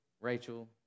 Rachel